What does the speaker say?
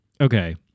Okay